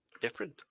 different